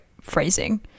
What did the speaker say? phrasing